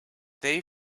day